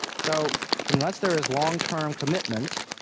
so unless there is long-term commitment,